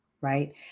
Right